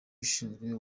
ushinzwe